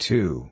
Two